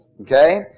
Okay